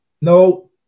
No